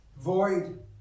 void